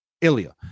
Ilya